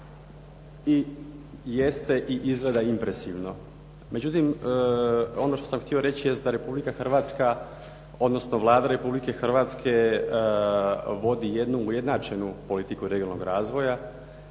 I jeste i izgleda impresivno. Međutim, ono što sam htio reći jest da Republika Hrvatska odnosno Vlada Republike Hrvatske vodi jednu ujednačenu politiku regionalnog razvoja